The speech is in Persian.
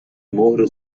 مهر